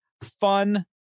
fun